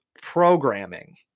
programming